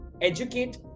educate